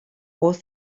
was